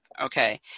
okay